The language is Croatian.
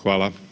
Hvala.